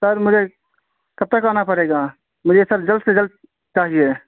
سر مجھے کب تک آنا پڑے گا مجھے سر جلد سے جلد چاہیے